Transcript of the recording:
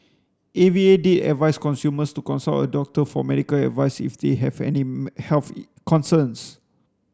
A V A did advice consumers to consult a doctor for medical advice if they have any health concerns